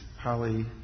Polly